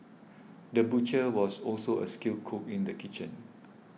the butcher was also a skilled cook in the kitchen